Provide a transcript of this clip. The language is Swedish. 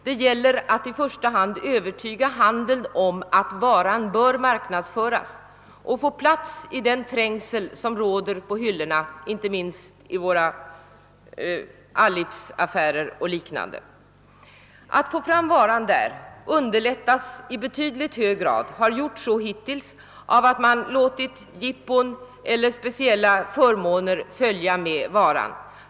Det gäller att i första hand övertyga handeln om att varan bör marknadsföras och få plats i den trängsel som råder på hyllorna — inte minst i våra allivsaffärer och liknande. Att få fram varan där har hittills i hög grad underlättats av att man låitit jippon eller speciella förmåner följa med varan.